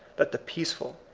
that the peaceful,